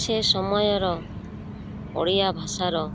ସେ ସମୟର ଓଡ଼ିଆ ଭାଷାର